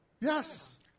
Yes